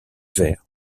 verres